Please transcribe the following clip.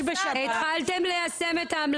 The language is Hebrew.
ולשוויון מגדרי): << יור >> התחלתם ליישם את ההמלצה?